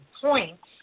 points